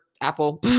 Apple